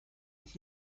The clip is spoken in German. und